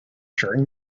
during